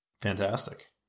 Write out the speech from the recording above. Fantastic